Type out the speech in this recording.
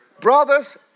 brothers